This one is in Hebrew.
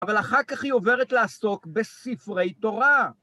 אבל אחר כך היא עוברת לעסוק בספרי תורה.